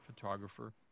photographer